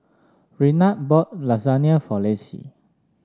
Renard bought Lasagna for Lacie